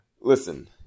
Listen